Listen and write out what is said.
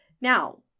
Now